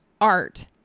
art